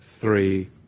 three